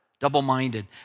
Double-minded